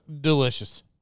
delicious